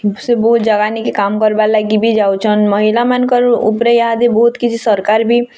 କିନ୍ତୁ ସେ ବହୁତ ଜାଗା ନେଇକି କାମ୍ କରିବାର୍ ଲାଗି ବି ଯାଉଛନ୍ ମହିଲାମାନକର୍ ଉପରେ ଇହା ଦି ବହୁତ କିଛି ସରକାର୍ ବି